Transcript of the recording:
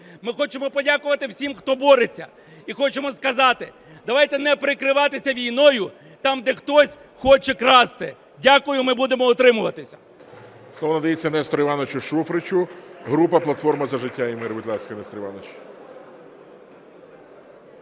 Ми хочемо подякувати всім, хто бореться, і хочемо сказати, давайте не прикриватися війною там, де хтось хоче красти. Дякую. Ми будемо утримуватися. ГОЛОВУЮЧИЙ. Слово надається Нестору Івановичу Шуфричу, група "Платформа за життя та мир". Будь ласка, Нестор Іванович.